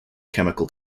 chemical